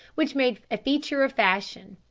which made a feature of fashion,